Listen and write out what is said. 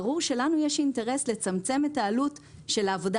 ברור שלנו יש אינטרס לצמצם את העלות של העבודה